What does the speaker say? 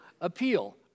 appeal